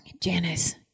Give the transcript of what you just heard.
Janice